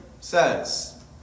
says